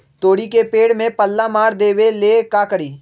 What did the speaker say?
तोड़ी के पेड़ में पल्ला मार देबे ले का करी?